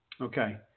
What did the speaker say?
Okay